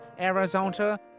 Arizona